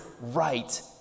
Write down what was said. right